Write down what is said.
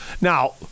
now